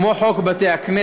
כמו חוק בתי-הכנסת,